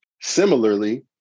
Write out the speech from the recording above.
similarly